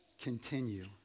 continue